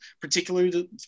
particularly